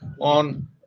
on